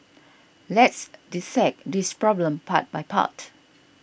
let's dissect this problem part by part